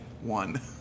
One